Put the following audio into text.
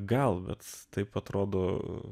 gal pats taip atrodo